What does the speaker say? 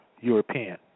European